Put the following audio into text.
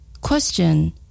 Question